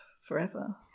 forever